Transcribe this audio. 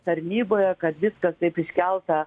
tarnyboje kad viskas taip iškelta